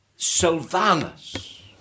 Sylvanus